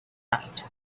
night